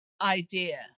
idea